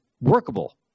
workable